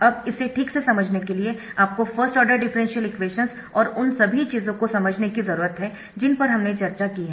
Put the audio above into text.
अब इसे ठीक से समझने के लिए आपको फर्स्ट ऑर्डर डिफरेंशियल इक्वेशन्स और उन सभी चीजों को समझने की जरूरत है जिन पर हमने चर्चा की है